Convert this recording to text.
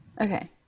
okay